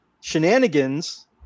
shenanigans